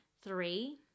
Three